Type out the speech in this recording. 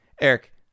Eric